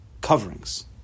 coverings